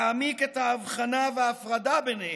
להעמיק את ההבחנה וההפרדה ביניהם,